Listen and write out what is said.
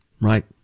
Right